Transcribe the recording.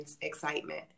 excitement